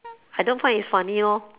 I don't find it funny lor